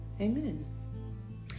Amen